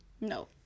No